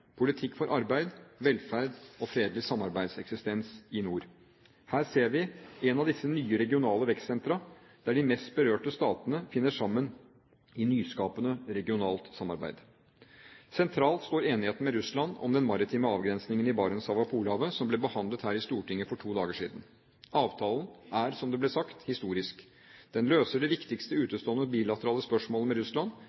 politikk for arbeid, velferd og fredelig sameksistens i nord. Her ser vi en av disse nye regionale vekstsentra der de mest berørte statene finner sammen i nyskapende, regionalt samarbeid. Sentralt står enigheten med Russland om den maritime avgrensningen i Barentshavet og Polhavet, som ble behandlet her i Stortinget for to dager siden. Avtalen er, som det ble sagt, historisk. Den løser det viktigste